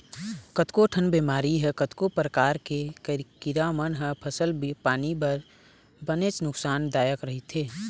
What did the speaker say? कतको ठन बेमारी ह कतको परकार के कीरा मन ह फसल पानी बर बनेच नुकसान दायक रहिथे